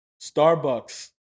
Starbucks